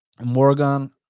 Morgan